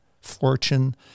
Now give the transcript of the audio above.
fortune